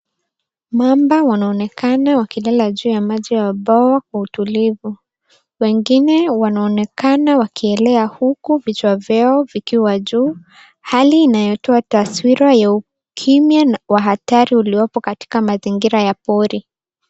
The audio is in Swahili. Mamba wanaonekana wakilala juu ya maji ya bwawa kwa utulivu. Wengine wanaonekana wakielea huku vichwa vyao vikiwa juu, hali inayotoa taswira ya ukimya na hatari uliopo katika mazingira ya pori.